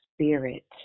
spirit